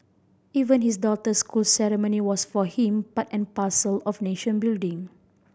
even his daughter's school ceremony was for him part and parcel of nation building